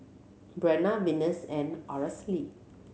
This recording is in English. Breanna Venus and Aracely